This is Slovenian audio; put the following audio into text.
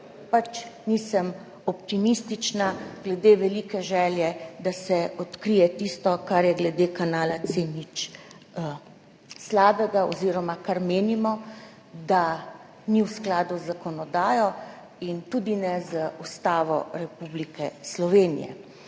nisem optimistična glede velike želje, da se odkrije tisto, kar je glede kanala C0 slabega oziroma kar menimo, da ni v skladu z zakonodajo in tudi ne z Ustavo Republike Slovenije.